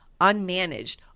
unmanaged